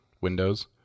Windows